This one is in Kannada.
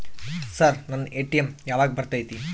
ಸರ್ ನನ್ನ ಎ.ಟಿ.ಎಂ ಯಾವಾಗ ಬರತೈತಿ?